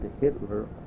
Hitler